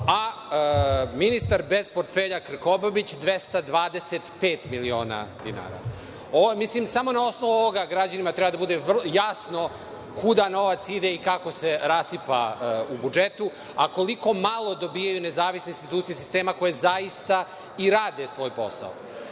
a ministar bez portfelja Krkobabić 225 miliona dinara. Mislim da samo na osnovu ovoga građanima treba da bude jasno kuda novac ide i kako se rasipa u budžetu, a koliko malo dobijaju nezavisne institucije sistema koje zaista i rade svoj posao. Da